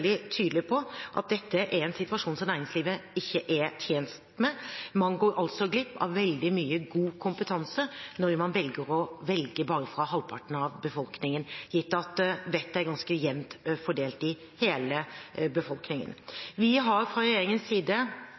tydelig på at dette er en situasjon som næringslivet ikke er tjent med. Man går glipp av veldig mye god kompetanse når man velger bare fra halvparten av befolkningen, gitt at vettet er ganske jevnt fordelt i hele befolkningen. Vi har fra regjeringens side